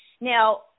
Now